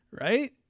Right